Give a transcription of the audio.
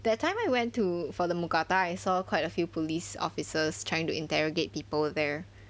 that time I went to for the mookata I saw quite a few police officers trying to interrogate people there